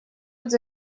els